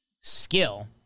skill